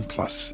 Plus